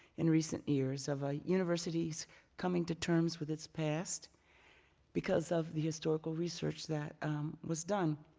in recent years of a university's coming to terms with its past because of the historical research that was done.